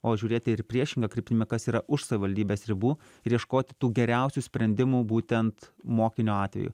o žiūrėti ir priešinga kryptimi kas yra už savivaldybės ribų ir ieškoti tų geriausių sprendimų būtent mokinio atveju